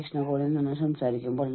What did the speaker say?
മാനസിക സാമൂഹിക സുരക്ഷാ പരിതസ്ഥിതി